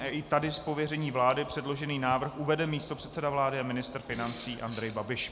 I tady z pověření vlády předložený návrh uvede místopředseda vlády a ministr financí Andrej Babiš.